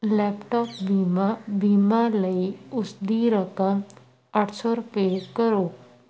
laptop ਬੀਮਾ ਬੀਮਾ ਲਈ ਉਸ ਦੀ ਰਕਮ ਅੱਠ ਸੌ ਰੁਪਏ ਕਰੋ